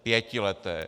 Pětileté!